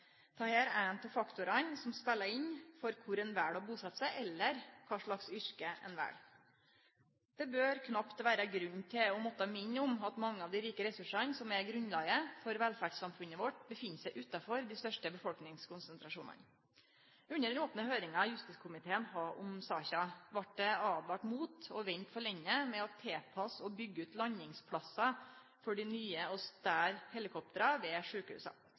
Dette er ein av faktorane som spelar inn for kor ein vel å busetje seg, eller kva slags yrke ein vel. Det bør knapt vere grunn til å måtte minne om at mange av dei rike ressursane som er grunnlaget for velferdssamfunnet vårt, finst utanfor dei største befolkningskonsentrasjonane. Under den opne høyringa justiskomiteen hadde om saka, vart det åtvara mot å vente for lenge med å tilpasse og byggje ut landingsplassar for dei nye og større helikoptra ved sjukehusa.